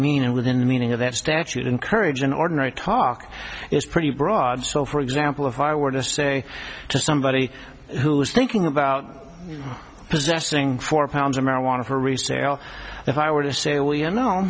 meaning within the meaning of that statute encouraging ordinary talk is pretty broad so for example if i were to say to somebody who is thinking about possessing four pounds of marijuana for resale if i were to say well you know